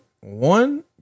one